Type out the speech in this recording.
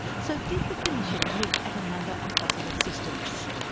so did the commission look at a number of possible systems?